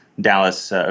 Dallas